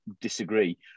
disagree